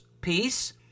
peace